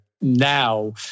now